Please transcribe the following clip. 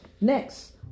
Next